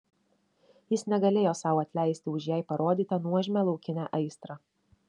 jis negalėjo sau atleisti už jai parodytą nuožmią laukinę aistrą